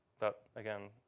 that, again,